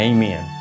Amen